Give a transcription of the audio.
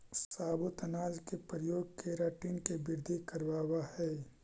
साबुत अनाज के प्रयोग केराटिन के वृद्धि करवावऽ हई